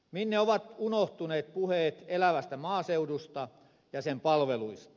minne ovat unohtuneet puheet elävästä maaseudusta ja sen palveluista